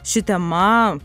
ši tema